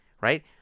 right